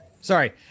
Sorry